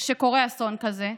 כשקורה אסון כזה?